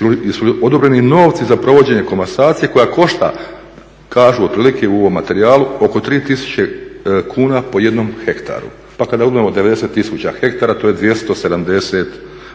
li odobreni novci za provođenje komasacije koja košta kažu otprilike u ovom materijalu oko 3000 kuna po jednom hektaru. Pa kada uzmemo 90 000 hektara to je 270